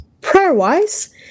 prayer-wise